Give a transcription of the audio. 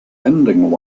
ending